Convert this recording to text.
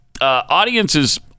audiences